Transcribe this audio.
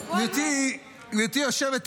ואת לא צריכה לאפשר לזה.